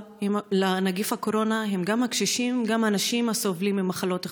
לנגיף קורונה היא גם הקשישים וגם אנשים הסובלים ממחלות כרוניות.